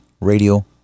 Radio